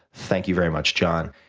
thank you very much john.